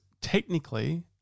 technically